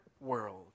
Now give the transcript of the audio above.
world